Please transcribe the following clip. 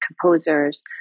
composers